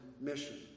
mission